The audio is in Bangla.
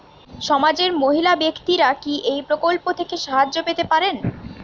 সমাজের মহিলা ব্যাক্তিরা কি এই প্রকল্প থেকে সাহায্য পেতে পারেন?